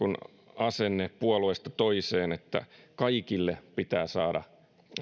asenne puolueesta toiseen että kaikille pitää saada